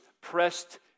pressed